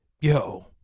Yo